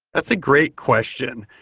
that's a great question,